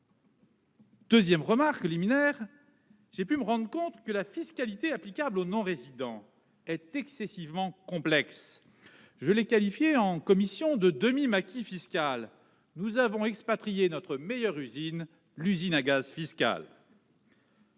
Bar ! D'autre part, j'ai pu me rendre compte que la fiscalité applicable aux non-résidents était excessivement complexe. Je l'ai qualifiée en commission de « demi-maquis fiscal »; nous avons délocalisé notre meilleure usine : l'usine à gaz fiscale